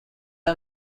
are